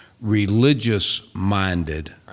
religious-minded